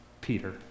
Peter